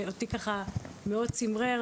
שאותי ככה מאוד צמרר.